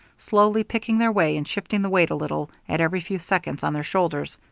slowly picking their way, and shifting the weight a little, at every few seconds, on their shoulders.